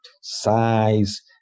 size